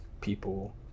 people